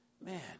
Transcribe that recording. Man